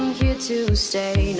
you to so